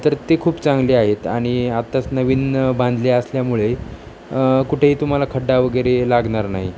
तर ते खूप चांगले आहेत आणि आत्ताच नवीन बांधले असल्यामुळे कुठेही तुम्हाला खड्डा वगैरे लागणार नाही